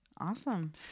Awesome